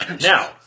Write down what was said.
Now